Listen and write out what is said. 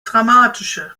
dramatische